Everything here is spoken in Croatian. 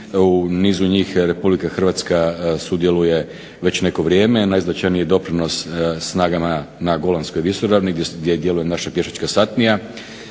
U nizu njih RH sudjeluje već neko vrijeme. Najznačajniji doprinos snagama na Golanskoj visoravni gdje djeluje naša pješačka satnija.